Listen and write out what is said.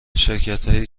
شرکتهایی